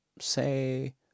say